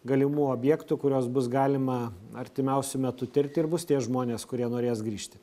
galimų objektų kuriuos bus galima artimiausiu metu tirti ir bus tie žmonės kurie norės grįžti